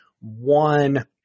one